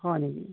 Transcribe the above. হয়নি